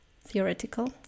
theoretical